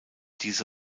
diese